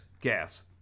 gas